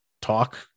talk